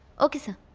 okay sir.